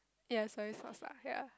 ya soya sauce ah ya